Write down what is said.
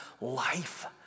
life